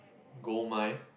Gold Mine